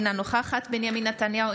אינה נוכחת בנימין נתניהו,